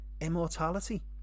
immortality